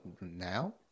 Now